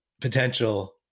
potential